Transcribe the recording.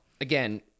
Again